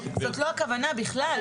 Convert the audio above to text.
זאת לא הכוונה בכלל.